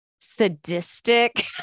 sadistic